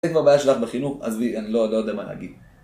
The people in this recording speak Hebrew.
אם הבעיה שלך בחינוך עזבי אני לא יודע מה להגיד